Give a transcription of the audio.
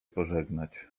pożegnać